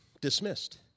dismissed